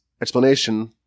explanation